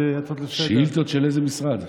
והכול בסדר.